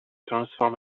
transform